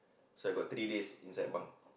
so I got three days inside bunk